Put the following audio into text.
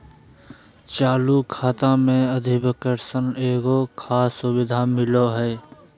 चालू खाता मे अधिविकर्षण एगो खास सुविधा मिलो हय